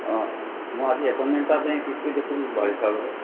অ মই আজি এপইণ্টমেণ্ট এটা ফিক্স কৰি দিয়কচোন ছাৰৰ লগত